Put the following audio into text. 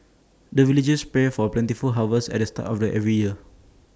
the villagers pray for plentiful harvest at the start of the every year